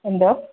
എന്തോ